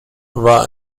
war